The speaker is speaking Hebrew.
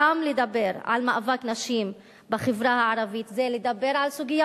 גם לדבר על מאבק נשים בחברה הערבית זה לדבר על סוגיה